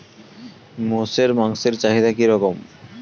মোষের মাংসের চাহিদা কি রকম?